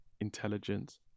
intelligence